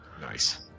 Nice